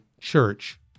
Church